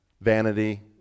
vanity